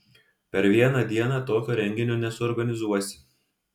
per vieną dieną tokio renginio nesuorganizuosi